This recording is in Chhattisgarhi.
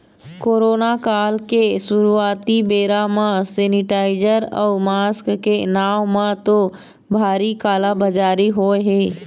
कोरोना काल के शुरुआती बेरा म सेनीटाइजर अउ मास्क के नांव म तो भारी काला बजारी होय हे